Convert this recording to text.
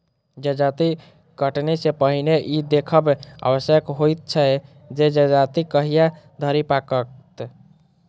जजाति कटनी सॅ पहिने ई देखब आवश्यक होइत छै जे जजाति कहिया धरि पाकत